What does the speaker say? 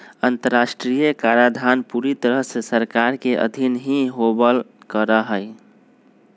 अन्तर्राष्ट्रीय कराधान पूरी तरह से सरकार के अधीन ही होवल करा हई